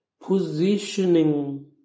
Positioning